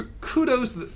Kudos